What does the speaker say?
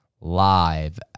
live